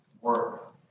work